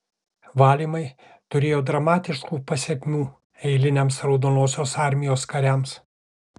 valymai turėjo dramatiškų pasekmių eiliniams raudonosios armijos kariams